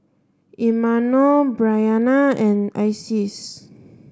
Imanol Bryanna and Isis